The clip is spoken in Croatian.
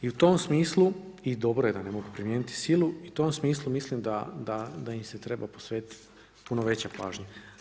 I u tom smislu, i dobro je da ne mogu primijeniti silu, i u tom smislu mislim da im se treba posvetiti puno veća pažnja.